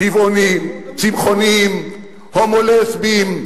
טבעונים, צמחונים, הומו-לסביים.